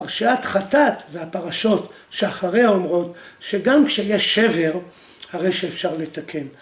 ‫פרשת חטאת והפרשות שאחריה אומרות, ‫שגם כשיש שבר הרי שאפשר לתקן.